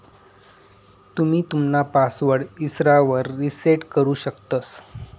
तुम्ही तुमना पासवर्ड इसरावर रिसेट करु शकतंस